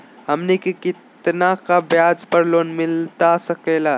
हमनी के कितना का ब्याज पर लोन मिलता सकेला?